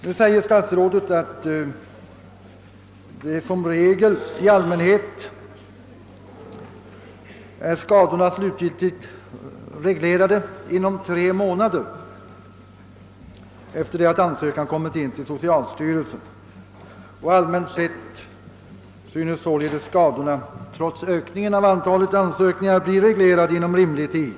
Nu säger statsrådet att skadorna i allmänhet är slutgiltigt reglerade inom tre månader efter det att ansökan kommit in till socialstyrelsen, och allmänt sett synes således skadorna trots ökningen av antalet ansökningar bli reglerade inom rimlig tid.